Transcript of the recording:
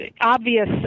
obvious